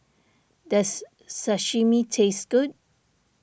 does Sashimi taste good